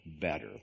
better